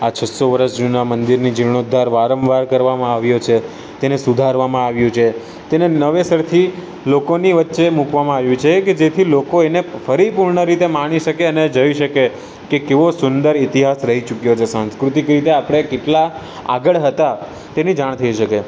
આ છસ્સો વર્ષ જૂનાં મંદિરની જીર્ણોદ્ધાર વારંવાર કરવામાં આવ્યો છે તેને સુધારવામાં આવ્યું છે તેને નવેસરથી લોકોની વચ્ચે મૂકવામાં આવ્યું છે કે જેથી લોકો એને ફરી પૂર્ણ રીતે માણી શકે અને જઈ શકે કે કેવો સુંદર ઇતિહાસ રહી ચૂક્યો છે સાંસ્કૃતિક રીતે આપણે કેટલા આગળ હતા તેની જાણ થઇ શકે